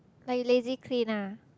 like you lazy clean ah